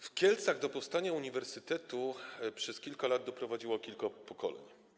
W Kielcach do powstania uniwersytetu przez kilka lat doprowadziło kilka pokoleń.